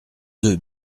deux